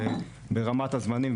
ברמת הזמנים,